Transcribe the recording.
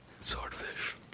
Swordfish